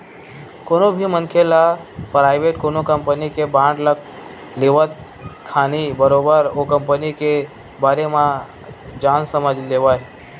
कोनो भी मनखे ल पराइवेट कोनो कंपनी के बांड ल लेवत खानी बरोबर ओ कंपनी के बारे म जान समझ लेवय